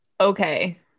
Okay